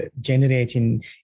generating